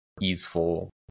easeful